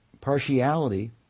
partiality